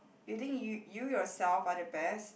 you think you yourself are the best